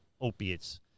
opiates